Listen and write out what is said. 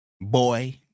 boy